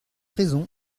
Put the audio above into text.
raison